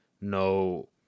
no